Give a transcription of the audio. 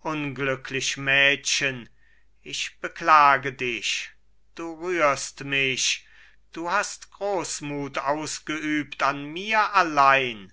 unglücklich mädchen ich beklage dich du rührst mich du hast großmut ausgeübt an mir allein